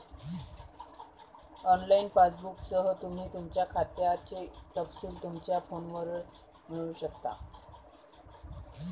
online पासबुकसह, तुम्ही तुमच्या खात्याचे तपशील तुमच्या फोनवरच मिळवू शकता